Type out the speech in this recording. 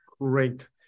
Great